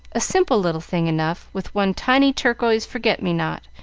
a simple little thing enough, with one tiny turquoise forget-me-not,